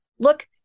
Look